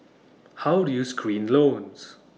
how do you screen loans